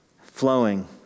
flowing